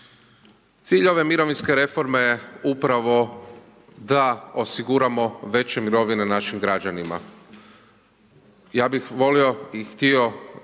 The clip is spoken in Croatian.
Cilj ove mirovinske reforme je upravo da osiguramo veće mirovine našim građanima. Ja bih volio i htio poručiti